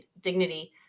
dignity